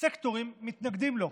סקטורים מתנגדים לו,